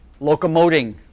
locomoting